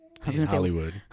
Hollywood